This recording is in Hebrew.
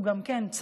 גם כן,